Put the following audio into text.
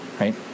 right